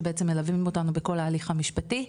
שבעצם מלווים אותנו בכל ההליך המשפטי,